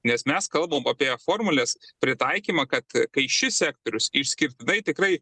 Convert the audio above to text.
nes mes kalbam apie formules pritaikymą kad kai šis sektorius išskirtinai tikrai